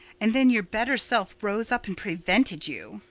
and then your better self rose up and prevented you.